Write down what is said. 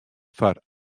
foar